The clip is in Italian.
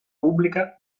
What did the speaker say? pubblica